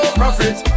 profit